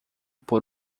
por